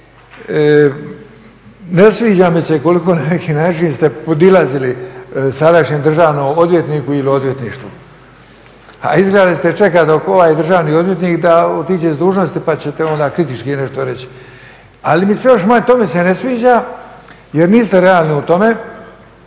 Ne sviđa mi se koliko ste na neki način ste podilazili sadašnjem državnom odvjetniku ili odvjetništvu, a izgleda da ćete čekati dok ovaj državni odvjetnik otiđe sa dužnosti pa ćete onda kritički nešto reći. To mi se ne sviđa jer niste realni u tome,